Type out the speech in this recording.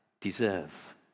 deserve